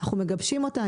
אנחנו מגבשים אותה,